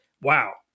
Wow